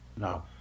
No